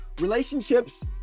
relationships